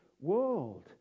world